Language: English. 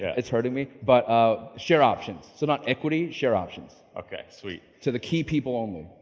it's hurting me, but ah, share options. so not equity, share options. okay, sweet. to the key people only.